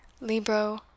libro